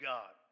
God